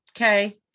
okay